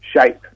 shape